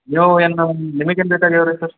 ನೀವು ಏನು ನಿಮಿಗೇನು ಬೇಕಾಗೆವ ರೀ ಸರ್